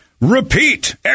repeat